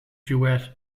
duet